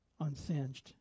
unsinged